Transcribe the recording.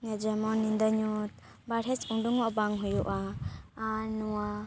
ᱡᱮᱢᱚᱱ ᱧᱤᱫᱟᱹ ᱧᱩᱛ ᱵᱟᱨᱦᱮ ᱩᱱᱰᱩᱝᱚᱜ ᱵᱟᱝ ᱦᱩᱭᱩᱜᱼᱟ ᱟᱨ ᱱᱚᱣᱟ